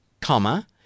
comma